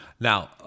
Now